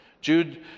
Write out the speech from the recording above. Jude